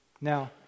Now